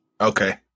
Okay